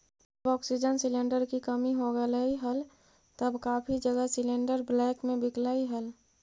जब oxygen cylinder की कमी हो गईल हल तब काफी जगह सिलेंडरस ब्लैक में बिकलई हल